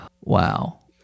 Wow